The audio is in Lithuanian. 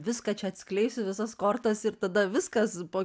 viską čia atskleisiu visas kortas ir tada viskas po